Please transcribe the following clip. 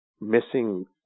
missing